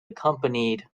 accompanied